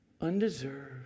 undeserved